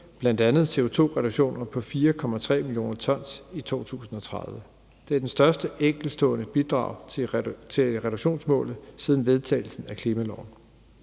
bl.a. CO2-reduktioner på 4,3 mio. t i 2030. Det er det største enkeltstående bidrag til reduktionsmålet siden vedtagelsen af klimaloven.